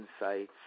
insights